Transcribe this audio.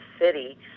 City